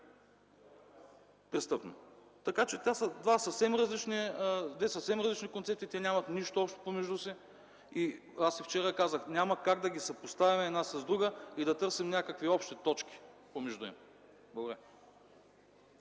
престъпно деяние. Те са две съвсем различни концепции, те нямат нищо общо помежду си. Аз и вчера казах, че няма как да ги съпоставя една с друга и да търсим някакви общи точки помежду им. Благодаря.